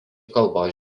kalbos